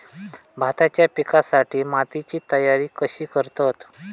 भाताच्या पिकासाठी मातीची तयारी कशी करतत?